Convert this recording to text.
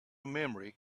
memory